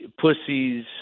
pussies